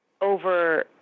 over